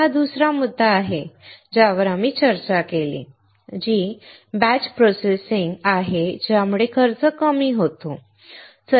हा दुसरा मुद्दा आहे ज्यावर आम्ही चर्चा केली आहे जी बॅच प्रोसेसिंग आहे ज्यामुळे खर्च कमी होतो